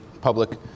public